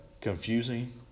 confusing